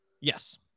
Yes